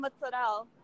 mozzarella